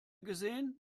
gesehen